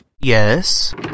Yes